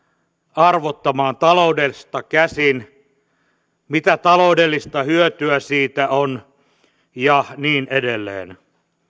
arvottamaan taloudesta käsin mitä taloudellista hyötyä siitä on ja niin edelleen